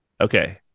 okay